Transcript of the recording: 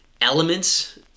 elements